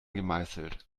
gemeißelt